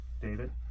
David